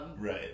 Right